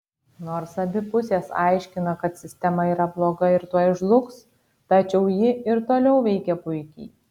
nors abi pusės aiškina kad sistema yra bloga ir tuoj žlugs tačiau ji ir toliau veikia puikiai